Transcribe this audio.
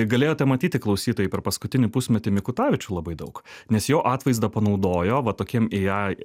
galėjote matyti klausytojai per paskutinį pusmetį mikutavičių labai daug nes jo atvaizdą panaudojo va tokiem ei ai